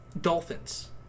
dolphins